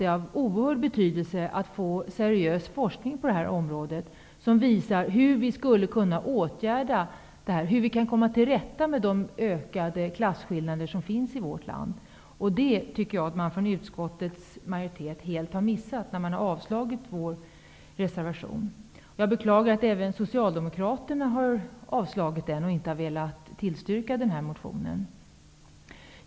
Det är av oerhört stor betydelse att vi får seriös forskning på detta område, som visar hur vi skulle kunna åtgärda detta och komma till rätta med de ökande klasskillnader som finns i vårt land. Det tycker jag att utskottets majoritet helt har missat när man har avstyrkt vår motion. Jag beklagar att inte heller Socialdemokraterna har velat tillstyrka den. Herr talman!